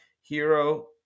Hero